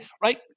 right